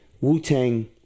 Wu-Tang